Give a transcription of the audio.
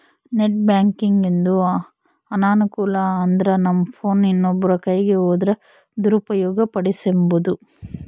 net ಬ್ಯಾಂಕಿಂಗಿಂದು ಅನಾನುಕೂಲ ಅಂದ್ರನಮ್ ಫೋನ್ ಇನ್ನೊಬ್ರ ಕೈಯಿಗ್ ಹೋದ್ರ ದುರುಪಯೋಗ ಪಡಿಸೆಂಬೋದು